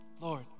Lord